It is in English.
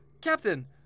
Captain